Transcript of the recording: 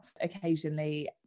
occasionally